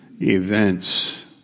events